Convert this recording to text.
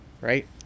right